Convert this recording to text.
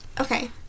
okay